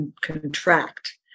contract